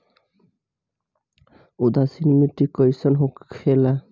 उदासीन मिट्टी कईसन होखेला?